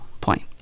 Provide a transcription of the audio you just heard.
point